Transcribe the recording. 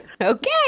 okay